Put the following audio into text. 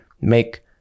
make